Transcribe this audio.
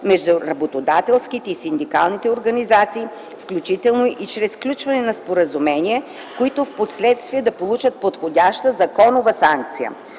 между работодателските и синдикалните организации, включително и чрез сключването на споразумения, които впоследствие да получат подходяща законова санкция.